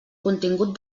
contingut